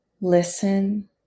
listen